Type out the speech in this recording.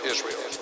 Israel